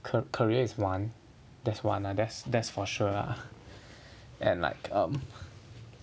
car~ career is one that's one that's that's for sure ah and like um